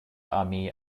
armee